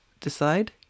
decide